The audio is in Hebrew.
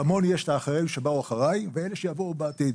כמוני יש את אלה שבאו אחריי ואלה שיבואו בעתיד.